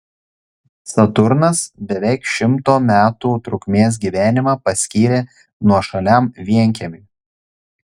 saturnas beveik šimto metų trukmės gyvenimą paskyrė nuošaliam vienkiemiui